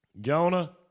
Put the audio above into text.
Jonah